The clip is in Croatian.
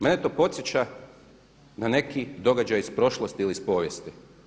Mene to podsjeća na neki događaj iz prošlosti ili iz povijesti.